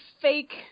fake